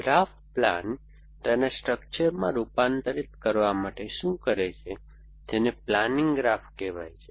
graph plan તેને સ્ટ્રક્ચરમાં રૂપાંતરિત કરવા માટે શું કરે છે જેને પ્લાનિંગ ગ્રાફ કહેવાય છે